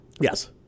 Yes